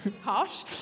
harsh